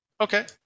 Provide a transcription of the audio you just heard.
Okay